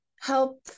help